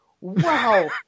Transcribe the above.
Wow